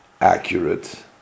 accurate